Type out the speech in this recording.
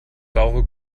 saure